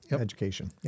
education